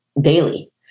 daily